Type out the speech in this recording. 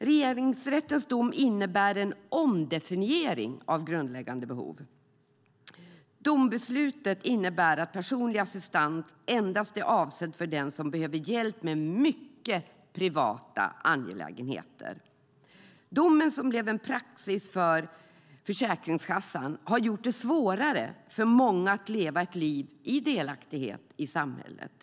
Regeringsrättens dom innebär en omdefiniering av grundläggande behov. Domslutet innebär att personlig assistans endast är avsedd för den som behöver hjälp med mycket privata angelägenheter. Domen som blivit praxis för Försäkringskassan har gjort det svårare för många att leva ett liv i delaktighet i samhället.